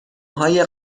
های